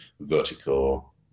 vertical